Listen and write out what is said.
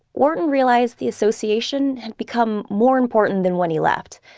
wharton realized the association had become more important than when he left,